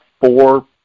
four